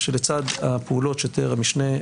שלצד הפעולות שתיאר המשנה,